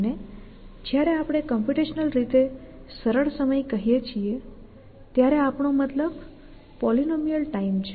અને જ્યારે આપણે કોમ્પ્યુટેશનલ રીતે સરળ સમય કહીએ છીએ ત્યારે આપણો મતલબ પોલીનોમિયલ ટાઈમ છે